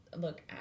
look